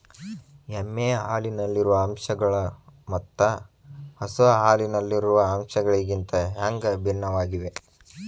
ಎಮ್ಮೆ ಹಾಲಿನಲ್ಲಿರುವ ಅಂಶಗಳು ಮತ್ತ ಹಸು ಹಾಲಿನಲ್ಲಿರುವ ಅಂಶಗಳಿಗಿಂತ ಹ್ಯಾಂಗ ಭಿನ್ನವಾಗಿವೆ?